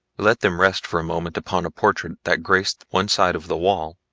let them rest for a moment upon a portrait that graced one side of the wall,